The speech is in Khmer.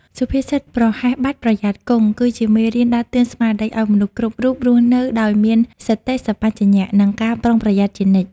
សុភាសិត «ប្រហែសបាត់ ប្រយ័ត្នគង់» គឺជាមេរៀនដាស់តឿនស្មារតីឱ្យមនុស្សគ្រប់រូបរស់នៅដោយមានសតិសម្បជញ្ញៈ និងការប្រុងប្រយ័ត្នជានិច្ច។